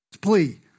plea